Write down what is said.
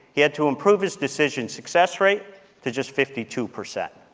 he had to improve his decision success rate to just fifty two percent.